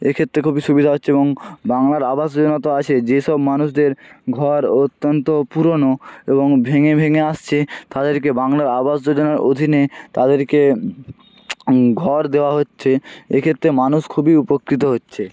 এক্ষেত্রে খুবই সুবিধা হচ্ছে এবং বাংলার আবাস যোজনা তো আছে যেসব মানুষদের ঘর অত্যন্ত পুরোনো এবং ভেঙে ভেঙে আসছে তাদেরকে বাংলার আবাস যোজনার অধীনে তাদেরকে ঘর দেওয়া হচ্ছে এক্ষেত্রে মানুষ খুবই উপকৃত হচ্ছে